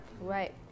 right